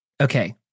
Okay